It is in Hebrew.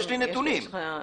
יש לך נתונים,